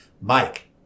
Mike